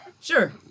Sure